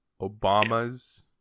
Obama's